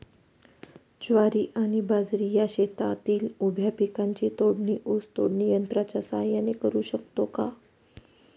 ज्वारी आणि बाजरी या शेतातील उभ्या पिकांची तोडणी ऊस तोडणी यंत्राच्या सहाय्याने करु शकतो का?